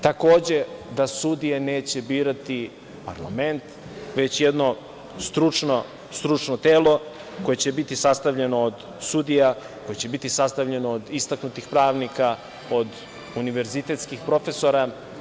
Takođe, da sudije neće birati parlament, već jedno stručno telo koje će biti sastavljeno od sudija, koje će biti sastavljeno od istaknutih pravnika, od univerzitetskih profesora.